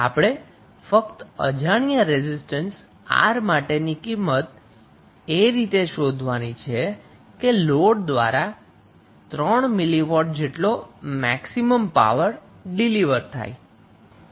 આપણે ફક્ત અજાણ્યા રેઝિસ્ટન્સ R માટેની કિંમત એ રીતે શોધવાની છે કે લોડ દ્વારા 3 મિલિ વોટ જેટલો મેક્સિમમ પાવર ડિલિવર થાય